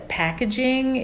packaging